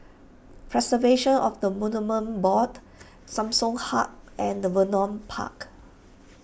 Preservation of the Monuments Board Samsung Hub and the Vernon Park